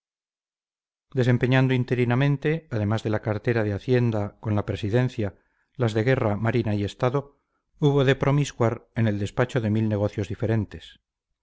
desempeñando interinamente además de la cartera de hacienda con la presidencia las de guerra marina y estado hubo de promiscuar en el despacho de mil negocios diferentes